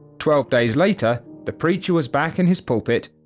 twelve days later, the preacher was back in his pulpit,